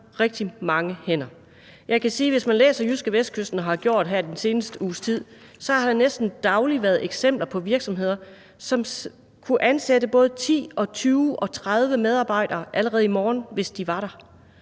rigtig mange hænder. Jeg kan sige, at hvis man læser JydskeVestkysten og har gjort det her i den seneste uges tid, så har der næsten dagligt været eksempler på virksomheder, som kunne ansætte både 10, 20 og 30 medarbejdere allerede i morgen, hvis de var der.